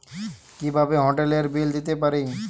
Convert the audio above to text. কিভাবে হোটেলের বিল দিতে পারি?